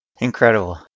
Incredible